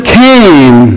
came